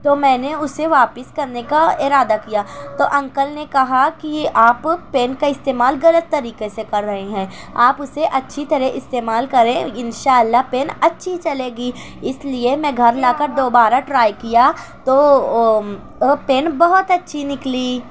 تو میں نے اسے واپس کرنے کا ارادہ کیا تو انکل نے کہا کہ آپ پین کا استعمال غلط طریقے سے کر رہے ہیں آپ اسے اچھی طرح استعمال کریں ان شاء اللہ پین اچھی چلے گی اس لیے میں گھر لاکر دوبارہ ٹرائی کیا تو وہ وہ پین بہت اچھی نکلی